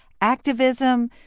activism